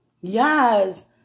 Yes